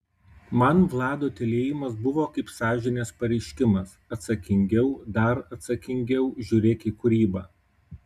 man vlado tylėjimas buvo kaip sąžinės pareiškimas atsakingiau dar atsakingiau žiūrėk į kūrybą